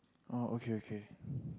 oh okay okay